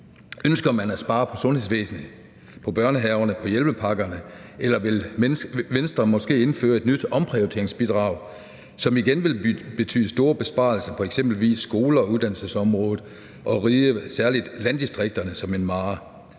Ønsker man at spare på sundhedsvæsenet, på børnehaverne, på hjælpepakkerne, eller vil Venstre måske indføre et nyt omprioriteringsbidrag, som igen vil betyde store besparelser på eksempelvis skoler og uddannelsesområdet og ride særlig landdistrikterne som en mare?